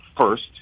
first